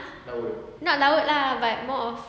ah not laut lah but more of